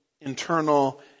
internal